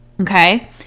Okay